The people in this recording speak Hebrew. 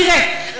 תראה,